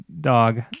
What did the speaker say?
Dog